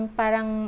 parang